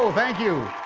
ah thank you,